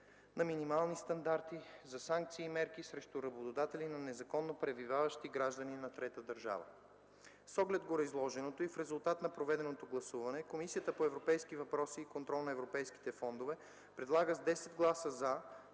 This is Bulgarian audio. на минимални стандарти за санкциите и мерките срещу работодатели на незаконно пребиваващи граждани на трета държава. С оглед на гореизложеното и в резултат на проведеното гласуване, Комисията по европейските въпроси и контрол на европейските фондове предлага с 10 гласа „за”,